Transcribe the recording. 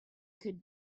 could